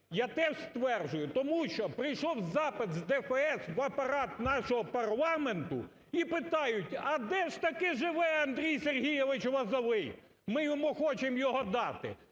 я теж стверджую, тому що прийшов запит з ДФС в Апарат нашого парламенту і питають, а де ж таки живе Андрій Сергійович Лозовой, ми йому хочемо його дати.